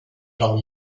del